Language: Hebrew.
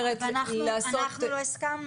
ואנחנו לא הסכמנו,